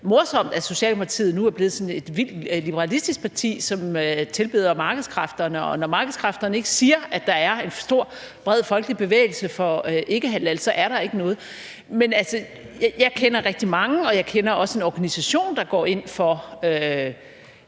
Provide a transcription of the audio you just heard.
morsomt, at Socialdemokratiet nu er blevet sådan et vildt liberalistisk parti, som tilbeder markedskræfterne, og når markedskræfterne ikke siger, at der er en stor, bred folkelig bevægelse for ikkehalal , så er der ikke nogen Men jeg kender rigtig mange, og jeg kender også en organisation, der går ind for